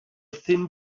thin